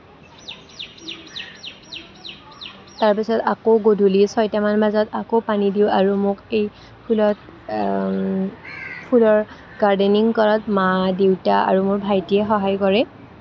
তাৰপিছত আকৌ গধূলি ছয়টামান বজাত আকৌ পানী দিওঁ আৰু মোক এই ফুলত ফুলৰ গাৰ্ডেনিং কৰাত মা দেউতা আৰু ভাইটিয়ে সহায় কৰে